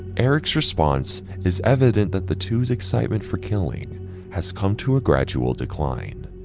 eric's response is evident that the twos excitement for killing has come to a gradual decline.